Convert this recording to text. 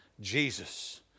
Jesus